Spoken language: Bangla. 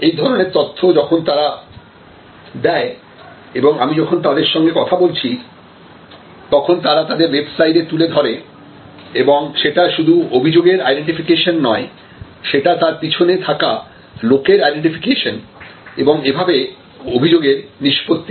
এই ধরনের তথ্য যখন তারা দেয় এবং আমি যখন তাদের সাথে কথা বলছি তখন তারা তাদের ওয়েবসাইটে তুলে ধরে এবং সেটা শুধু অভিযোগের আইডেন্টিফিকেশন নয় সেটা তার পিছনে থাকা লোকের আইডেন্টিফিকেশন এবং এভাবে অভিযোগের নিষ্পত্তি হয়